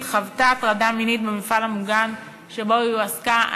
חוותה הטרדה מינית במפעל המוגן שבו היא הועסקה.